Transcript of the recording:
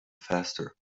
faster